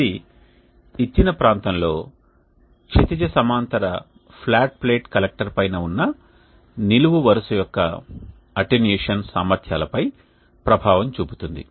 ఇది ఇచ్చిన ప్రాంతంలో క్షితిజ సమాంతర ఫ్లాట్ ప్లేట్ కలెక్టర్ పైన ఉన్న నిలువు వరుస యొక్క అటెన్యుయేషన్ సామర్థ్యాలపై ప్రభావం చూపుతుంది